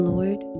Lord